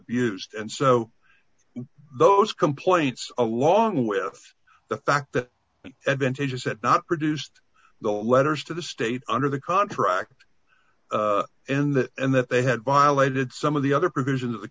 abused and so those complaints along with the fact that advantages had not produced the letters to the state under the contract in the end that they had violated some of the other provisions of the